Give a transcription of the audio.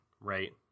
right